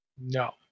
No